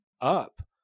up